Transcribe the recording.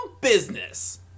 business